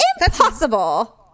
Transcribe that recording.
impossible